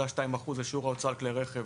12.2% זה שיעור ההוצאה על כלי הרכב